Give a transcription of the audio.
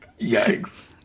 yikes